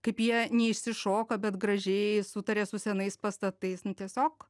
kaip jie neišsišoka bet gražiai sutaria su senais pastatais nu tiesiog